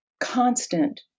constant